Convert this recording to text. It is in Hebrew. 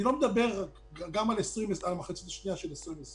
אני רוצה לגמור את הסבב ולחזור לאוצר.